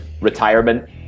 retirement